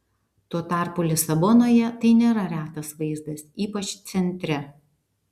tuo tarpu lisabonoje tai nėra retas vaizdas ypač centre